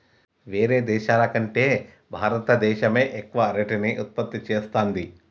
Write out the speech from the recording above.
వేరే దేశాల కంటే భారత దేశమే ఎక్కువ అరటిని ఉత్పత్తి చేస్తంది